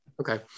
Okay